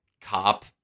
cop